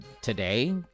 today